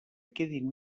quedin